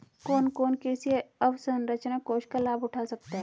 कौन कौन कृषि अवसरंचना कोष का लाभ उठा सकता है?